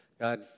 God